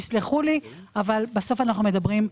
תסלחו לי, בסוף אנחנו מדברים בנו.